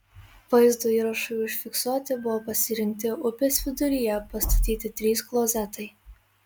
vaizdo įrašui užfiksuoti buvo pasirinkti upės viduryje pastatyti trys klozetai